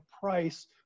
price